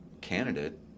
candidate